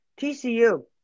TCU